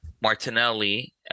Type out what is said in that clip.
Martinelli